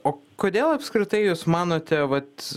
o kodėl apskritai jūs manote vat